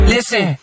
Listen